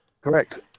Correct